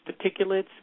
particulates